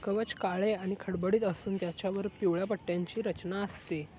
कवच काळे आणि खडबडीत असून त्याच्यावर पिवळ्यापट्ट्यांची रचना असते